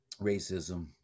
Racism